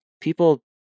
people